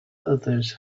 others